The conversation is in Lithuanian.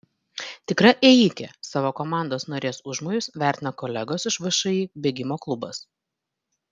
tikra ėjikė savo komandos narės užmojus vertina kolegos iš všį bėgimo klubas